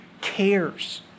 cares